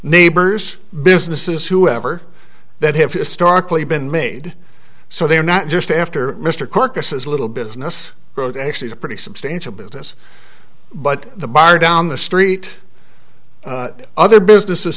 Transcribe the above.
neighbors businesses whoever that have historically been made so they are not just after mr carcasses a little business growth actually a pretty substantial business but the buyer down the street other business